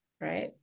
right